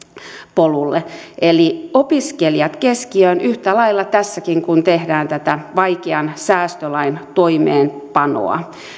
polulle eli opiskelijat keskiöön yhtä lailla tässäkin kun tehdään tätä vaikean säästölain toimeenpanoa